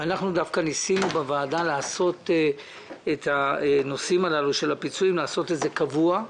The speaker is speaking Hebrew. ובוועדה דווקא ניסינו לעשות את נושא הפיצויים קבוע.